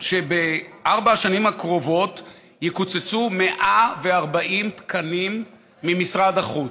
כך שבארבע השנים הקרובות יקוצצו 140 תקנים ממשרד החוץ,